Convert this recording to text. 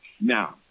Now